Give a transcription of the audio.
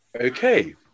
okay